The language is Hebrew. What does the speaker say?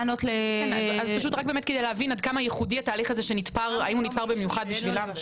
להבין האם התהליך הזה נתפר במיוחד בשבילם?